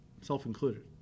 self-included